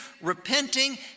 repenting